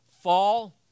fall